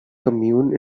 commune